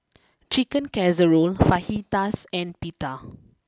Chicken Casserole Fajitas and Pita